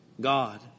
God